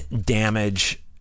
Damage